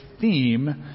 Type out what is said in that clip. theme